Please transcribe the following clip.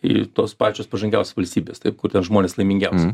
į tos pačios pažangiausios valstybės taip kur ten žmonės laimingiausi